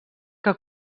que